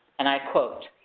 and i quote,